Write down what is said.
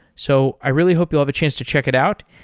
so i really hope you'll have a chance to check it out.